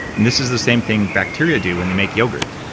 and this is the same thing bacteria do when they make yogurt.